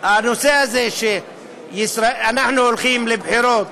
הנושא הזה שאנחנו הולכים לבחירות,